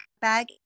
bag